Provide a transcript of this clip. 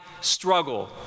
struggle